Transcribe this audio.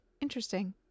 Interesting